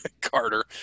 Carter